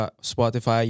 Spotify